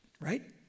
Right